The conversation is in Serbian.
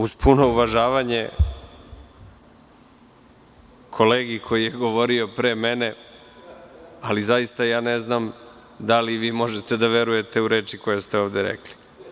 Uz puno uvažavanje kolegi koji je govorio pre mene, ali, zaista ne znam da li vi možete da verujete u reči koje ste ovde rekli.